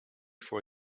for